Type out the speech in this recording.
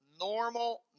normal